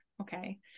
Okay